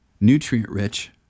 nutrient-rich